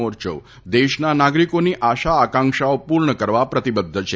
મોરચો દેશના નાગરીકોની આશા આકાંક્ષાઓ પૂર્ણ કરવા પ્રતિબદ્ધ છે